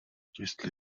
jestli